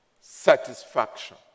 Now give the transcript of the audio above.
satisfaction